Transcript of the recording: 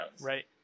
Right